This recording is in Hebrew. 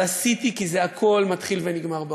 אבל עשיתי, כי זה הכול מתחיל ונגמר בראש.